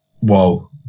whoa